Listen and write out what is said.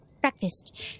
breakfast